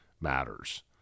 matters